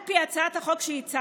על פי הצעת החוק שהצעתי